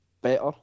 better